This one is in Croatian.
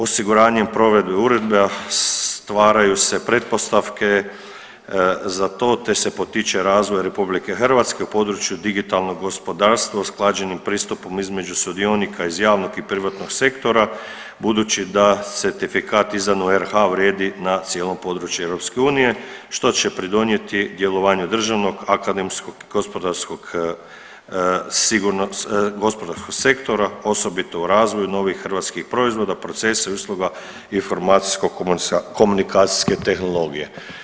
Osiguranjem provedbe uredbe, a stvaraju se pretpostavke za to, te se potiče Razvoj Republike Hrvatske u području digitalnog gospodarstva usklađenim pristupom između sudionika iz javnog i privatnog sektora budući da certifikat izdan u RH vrijedi na cijelom području EU što će pridonijeti djelovanju državnog, akademskog i gospodarskog sektora osobito u razvoju novih hrvatskih proizvoda, procesa i usluga informacijsko komunikacijske tehnologije.